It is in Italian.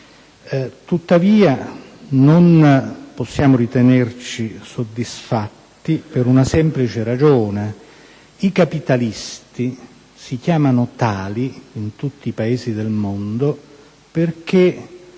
tuttavia, non possiamo ritenerci soddisfatti per una semplice ragione. I capitalisti si chiamano così in tutti i Paesi del mondo, perché